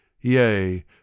Yea